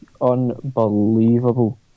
unbelievable